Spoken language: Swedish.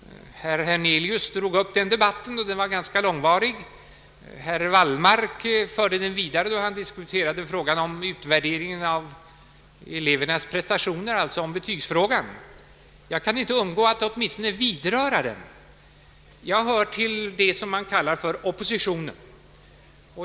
Herr Hernelius drog upp den debatten, och den blev ganska långvarig. Herr Wallmark förde den vidare, då han diskuterade frågan om utvärderingen av elevernas prestationer, alltså betygsättningen. Jag kan inte undgå att åtminstone vidröra den. Jag hör till dem som man kallar oppositionen.